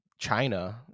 China